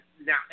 now